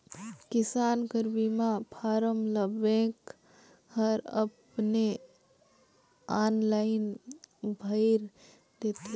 किसान कर बीमा फारम ल बेंक हर अपने आनलाईन भइर देथे